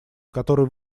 который